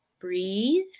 breathe